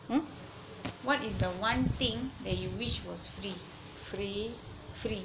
hmm what is the one thing that you wish was free free